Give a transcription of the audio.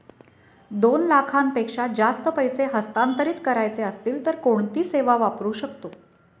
दोन लाखांपेक्षा जास्त पैसे हस्तांतरित करायचे असतील तर कोणती सेवा वापरू शकतो?